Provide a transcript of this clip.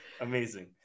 Amazing